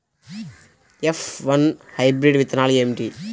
F one hybrid విత్తనాలు ఏమిటి?